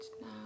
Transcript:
now